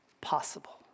possible